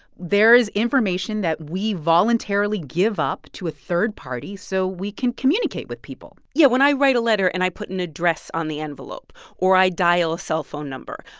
there is information that we voluntarily give up to a third party so we can communicate with people yeah, when i write a letter and i put an address on the envelope or i dial a cellphone number,